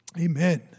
amen